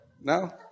No